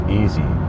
easy